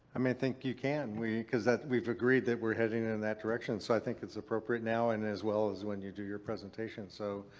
i mean i think you can. we. because we've agreed that we're heading in that direction. so i think it's appropriate now and as well as when you do your presentation. so,